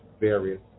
various